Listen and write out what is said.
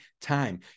time